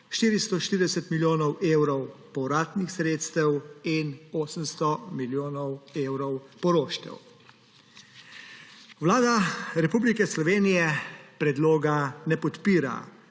440 milijonov evrov povratnih sredstev in 800 milijonov evrov poroštev. Vlada Republike Slovenije predloga ne podpira,